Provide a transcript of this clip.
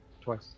Twice